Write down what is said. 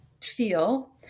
feel